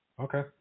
Okay